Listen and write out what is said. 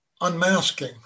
unmasking